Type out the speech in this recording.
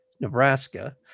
Nebraska